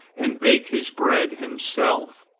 and bake his bread himself.